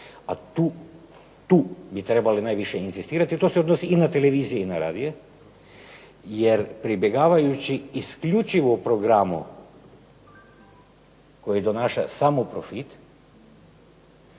a tu bi trebali najviše inzistirati jer to se odnosi i na televizije i na radio jer pribjegavajući isključivo programu koji donaša samo profit